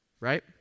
right